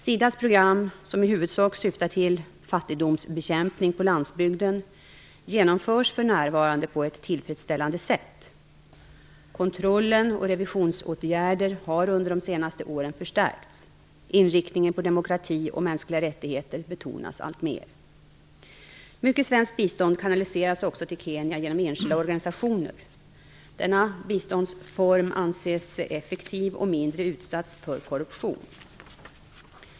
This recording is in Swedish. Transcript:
SIDA:s program, som i huvudsak syftar till fattigdomsbekämpning på landsbygden, genomförs för närvarande på ett tillfredsställande sätt. Kontrollen och revisionsåtgärder har under senare år förstärkts. Inriktningen på demokrati och mänskliga rättigheter betonas alltmer. Mycket svenskt bistånd kanaliseras också till Kenya genom enskilda organisationer. Denna biståndsform anses effektiv och mindre utsatt för korruption.